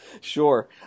Sure